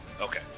Okay